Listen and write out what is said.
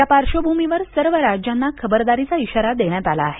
या पार्श्वभूमीवर सर्व राज्यांना खबरदारीचा इशारा देण्यात आला आहे